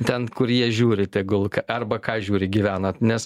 ten kur jie žiūri tegul arba ką žiūri gyvenat nes